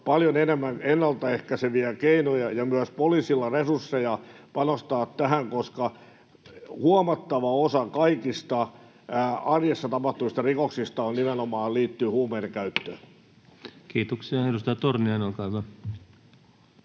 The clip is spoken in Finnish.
paljon enemmän ennalta ehkäiseviä keinoja ja myös poliisilla resursseja panostaa tähän, koska huomattava osa kaikista arjessa tapahtuvista rikoksista liittyy nimenomaan huumeiden käyttöön. [Speech 78] Speaker: